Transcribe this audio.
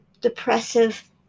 depressive